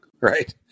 right